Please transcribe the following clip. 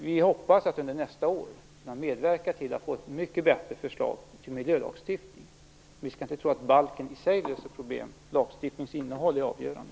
Vi hoppas under nästa år kunna medverka till ett mycket bättre förslag till miljölagstiftning. Balken i sig löser, som sagt, inte problemen, utan det är lagstiftningens innehåll som är avgörande.